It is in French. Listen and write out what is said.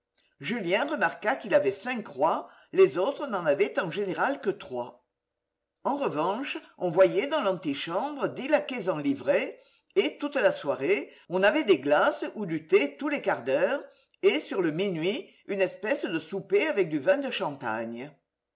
julien remarqua qu'il avait cinq croix les autres n'en avaient en général que trois en revanche on voyait dans l'antichambre dix laquais en livrée et toute la soirée on avait des glaces ou du thé tous les quarts d'heure et sur le minuit une espèce de souper avec du vin de champagne